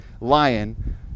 lion